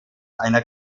einer